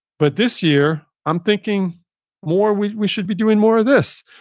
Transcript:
but this year, i'm thinking more we we should be doing more of this.